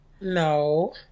No